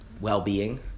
well-being